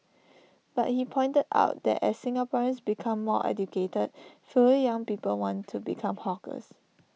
but he pointed out that as Singaporeans become more educated fewer young people want to become hawkers